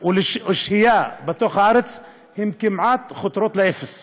או שהייה בתוך הארץ הוא כמעט, חותר לאפס.